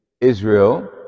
Israel